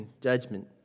judgment